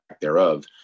thereof